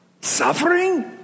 Suffering